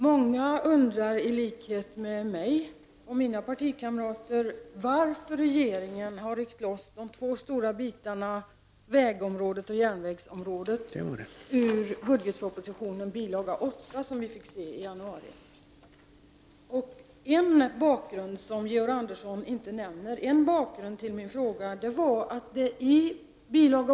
Många undrar i likhet med mig och mina partikamrater varför regeringen har ryckt loss de två stora delarna, vägområdet och järnvägsområdet, ur budgetpropositionen bil. 8 som vi fick se i januari. En bakgrund till min fråga var att det i bil.